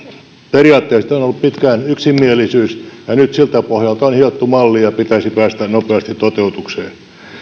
periaatteista on ollut pitkään yksimielisyys ja nyt siltä pohjalta on hiottu malli ja pitäisi päästä nopeasti toteutukseen